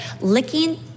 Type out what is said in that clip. licking